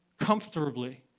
comfortably